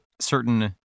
certain